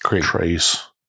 Trace